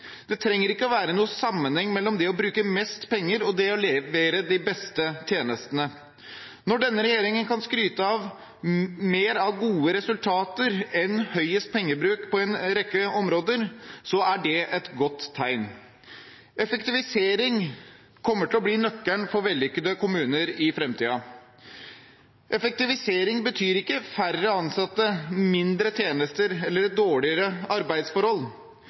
Det trenger ikke å være noen sammenheng mellom det å bruke mest penger og det å levere de beste tjenestene. Når denne regjeringen kan skryte mer av gode resultater enn av høyest pengebruk på en rekke områder, er det et godt tegn. Effektivisering kommer til å bli nøkkelen til vellykkede kommuner i framtiden. Effektivisering betyr ikke færre ansatte, mindre tjenester eller dårligere arbeidsforhold.